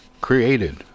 created